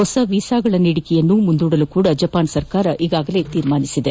ಹೊಸ ವೀಸಾಗಳ ನೀಡಿಕೆಯನ್ನು ಮುಂದೂಡಲು ಸಹ ಜಪಾನ್ ಸರ್ಕಾರ ಈಗಾಗಲೇ ನಿರ್ಧರಿಸಿದೆ